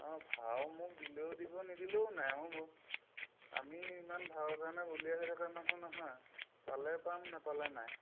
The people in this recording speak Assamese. অঁ ভাও মোক দিলেও দিব নিদিলেও নাই আৰু মোক আমি ইমান ভাওৰ কাৰণে বলীয়া হৈ থকা মানুহ নহয় পালে পাম নাপালে নাই